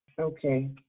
Okay